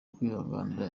kwihanganira